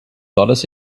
dollars